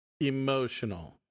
emotional